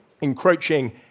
encroaching